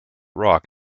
rock